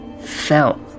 felt